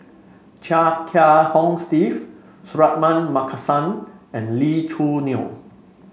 Chia Kiah Hong Steve Suratman Markasan and Lee Choo Neo